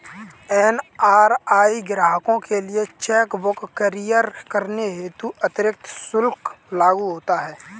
NRI ग्राहकों के लिए चेक बुक कुरियर करने हेतु अतिरिक्त शुल्क लागू होता है